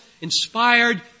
inspired